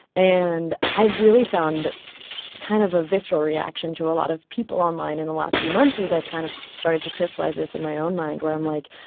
and i've really found kind of a visceral reaction to a lot of people online in the last few months as i've kind of started to crystallize this in my own mind where i'm, like,